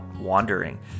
wandering